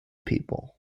people